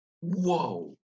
Whoa